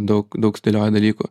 daug daug sudėliojo dalykų